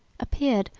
appeared,